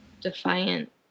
defiant